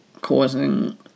causing